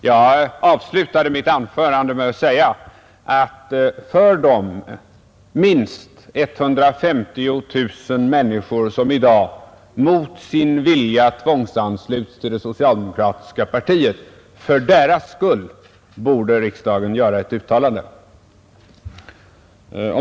Jag avslutade mitt anförande med att säga, att för de minst 150 000 människor som i dag mot sin vilja tvångsanslutes till det socialdemokratiska partiet borde riksdagen göra ett uttalande.